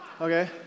Okay